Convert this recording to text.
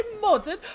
modern